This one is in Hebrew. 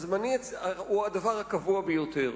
הזמני הוא הדבר הקבוע ביותר.